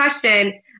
question